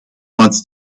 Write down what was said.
wants